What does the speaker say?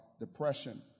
depression